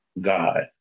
God